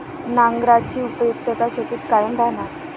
नांगराची उपयुक्तता शेतीत कायम राहणार